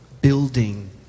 building